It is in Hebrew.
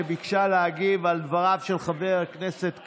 שביקשה להגיב על דבריו של חבר הכנסת קרעי,